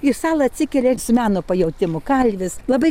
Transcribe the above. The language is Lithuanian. į salą atsikelia su meno pajautimu kalvis labai